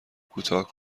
کوتاه